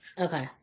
Okay